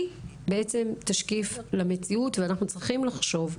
היא בעצם תשקיף למציאות ואנחנו צריכים לחשוב,